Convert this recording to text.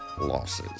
losses